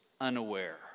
unaware